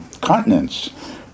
continents